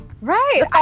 Right